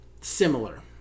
Similar